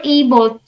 able